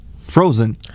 Frozen